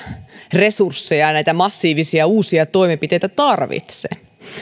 resursseja ja näitä massiivisia uusia toimenpiteitä tarvitse